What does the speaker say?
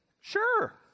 Sure